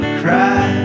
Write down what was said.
cry